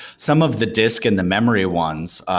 some of the disk in the memory ones,